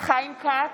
חיים כץ,